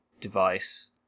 device